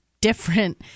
different